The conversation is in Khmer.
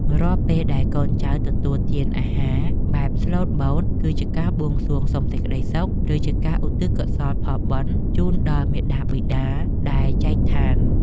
រាល់ពេលដែលកូនចៅទទួលទានអាហារបែបស្លូតបូតគឺជាការបួងសួងសុំសេចក្តីសុខ ឬ ជាការឧទ្ទិសកុសលផលបុណ្យជូនដល់មាតាបិតាដែលចែកឋាន។